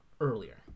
earlier